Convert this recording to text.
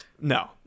no